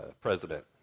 president